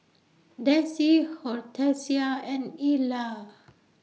Dessie Hortensia and Ila